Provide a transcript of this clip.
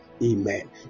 Amen